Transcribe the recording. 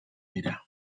dira